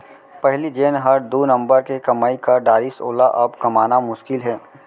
पहिली जेन हर दू नंबर के कमाई कर डारिस वोला अब कमाना मुसकिल हे